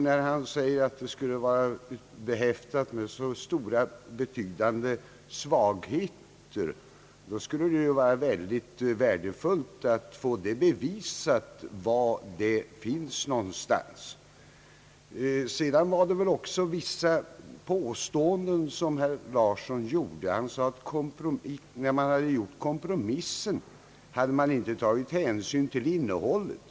När han säger att förslaget skulle vara behäftat med betydande svagheter, skulle det vara värdefullt att få detta bevisat. Herr Larsson gjorde också vissa påståenden. Han sade bland annat, att när man gjorde kompromissen hade man inte tagit hänsyn till innehållet.